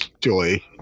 joy